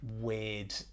weird